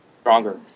stronger